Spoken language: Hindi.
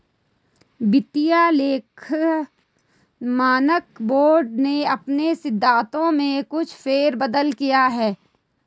वित्तीय लेखा मानक बोर्ड ने अपने सिद्धांतों में कुछ फेर बदल किया है